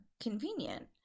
convenient